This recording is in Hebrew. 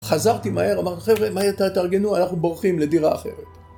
חזרתי מהר, אמרתי, חבר'ה, מהר תארגנו, אנחנו בורחים לדירה אחרת.